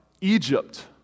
Egypt